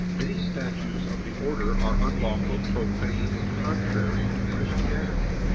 many statutes of the order are unlawful, profane and contrary to christianity.